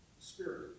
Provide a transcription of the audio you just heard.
spirit